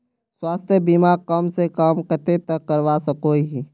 स्वास्थ्य बीमा कम से कम कतेक तक करवा सकोहो ही?